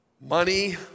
money